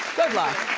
good luck.